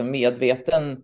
medveten